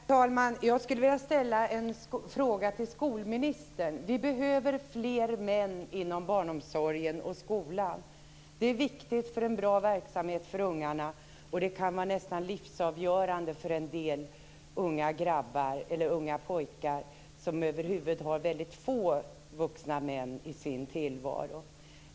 Herr talman! Jag skulle vilja ställa en fråga till skolministern. Vi behöver fler män inom barnomsorgen och skolan. Det är viktigt för en bra verksamhet för ungarna. Det kan vara nästan livsavgörande för en del unga pojkar som över huvud taget har väldigt få vuxna män i sin tillvaro.